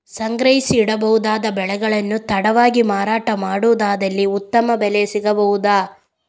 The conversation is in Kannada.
ಸಂಗ್ರಹಿಸಿಡಬಹುದಾದ ಬೆಳೆಗಳನ್ನು ತಡವಾಗಿ ಮಾರಾಟ ಮಾಡುವುದಾದಲ್ಲಿ ಉತ್ತಮ ಬೆಲೆ ಸಿಗಬಹುದಾ?